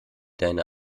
deine